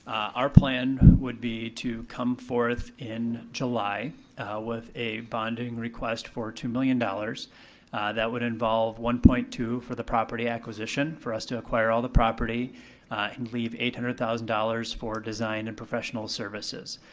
our plan would be to come forth in july with a bonding request for two million dollars that would involve one point two for the property acquisition for us to acquire all the property and leave eight hundred thousand dollars for design and professional services.